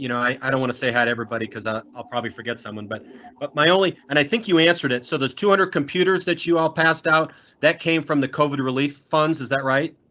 you know i i don't want to say hi to everybody cause i'll probably forget someone but but my only and i think you answered it, so there's two hundred computers that you all passed out that came from the covid relief funds. is that right?